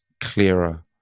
clearer